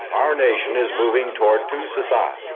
our nation is moving toward two societies,